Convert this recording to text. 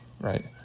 Right